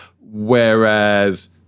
whereas